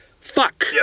Fuck